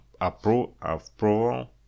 approval